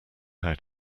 how